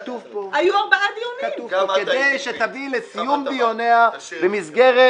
כתוב פה: "כדי שתביא לסיום דיוניה במסגרת